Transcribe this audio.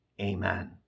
Amen